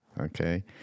okay